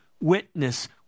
witness